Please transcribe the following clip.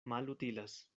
malutilas